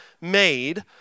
made